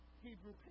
Hebrew